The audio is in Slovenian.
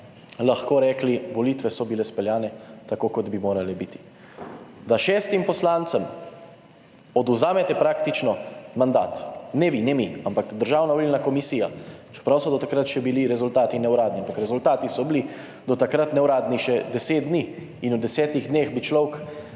lahko rekli, volitve so bile speljane tako, kot bi morale biti. Da šestim poslancem odvzamete praktično mandat, ne vi, ne mi, ampak Državna volilna komisija. Čeprav so do takrat še bili rezultati neuradni, ampak rezultati so bili do takrat neuradni še 10 dni. In v 10 dneh bi človek